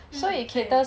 mm 对